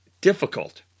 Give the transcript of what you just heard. difficult